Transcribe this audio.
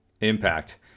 impact